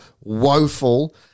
woeful